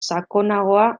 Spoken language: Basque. sakonagoa